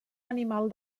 animal